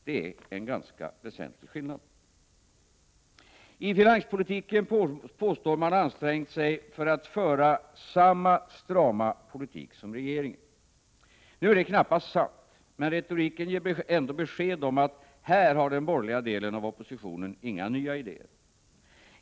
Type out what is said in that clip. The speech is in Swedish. Det är en ganska väsentlig skillnad. I finanspolitiken påstår man att man har ansträngt sig för att föra samma strama politik som regeringen. Nu är det knappast sant — men retoriken ger ändå besked om att här har den borgerliga delen av oppositionen inga nya idéer.